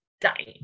dying